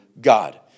God